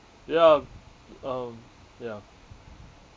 ya um ya